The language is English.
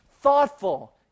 thoughtful